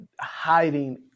hiding